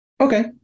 Okay